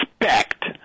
respect